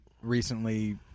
recently